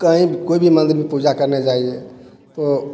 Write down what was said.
कहीं भी कोई भी मंदिर में पूजा करने जाइए तो